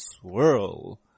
Swirl